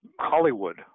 Hollywood